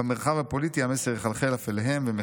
במרחב הפוליטי המסר יחלחל אף אליהם והם